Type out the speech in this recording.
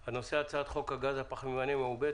הנושא: הצעת חוק הגז הפחמימני המעובה,